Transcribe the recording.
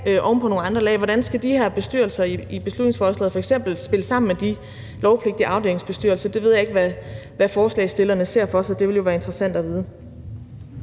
oven på nogle andre lag. Hvordan skal de her bestyrelser i beslutningsforslaget f.eks. spille sammen med de lovpligtige afdelingsbestyrelser? Jeg ved ikke, hvad forslagsstillerne ser for sig. Det ville jo være interessant at vide.